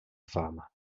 fama